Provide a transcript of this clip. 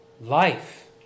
Life